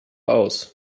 aus